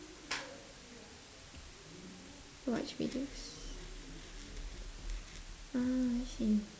watch videos ah I see